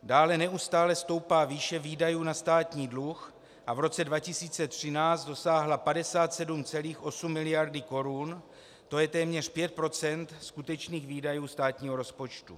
Dále neustále stoupá výše výdajů na státní dluh a v roce 2013 dosáhla 57,8 mld. korun, to je téměř 5 % skutečných výdajů státního rozpočtu.